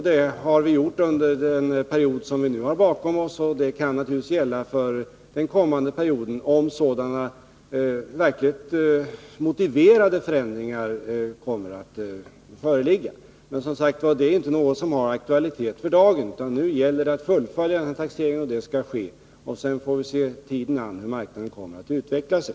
Det har vi gjort under den period vi nu har bakom oss, och det kan naturligtvis bli fallet också för kommande perioder, om verkligen motiv kommer att föreligga för sådana förändringar. Men det är inte något som har aktualitet för dagen. Nu gäller det att fullfölja den här taxeringen, och det skall ske. Sedan får vi se tiden an och studera hur marknaden kommer att utveckla sig.